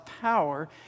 power